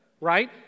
Right